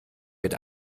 mit